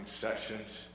sessions